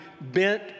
bent